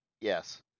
Yes